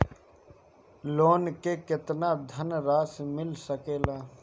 Loan मे केतना धनराशी मिल सकेला?